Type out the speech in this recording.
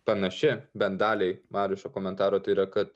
panaši bent daliai mariušo komentarų tai yra kad